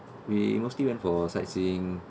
we mostly went for sightseeing